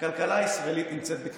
הכלכלה הישראלית נמצאת בקריסה?